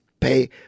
pay